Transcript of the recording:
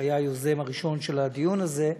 שהיה היוזם הראשון של הדיון הזה,